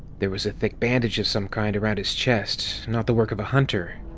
there was a thick bandage of some kind around his chest-not the work of a hunter.